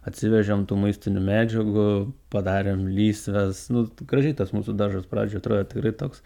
atsivežėm tų maistinių medžiagų padarėm lysves nu gražiai tas mūsų daržas pradžioj atrodė tai yra toks